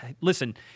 listen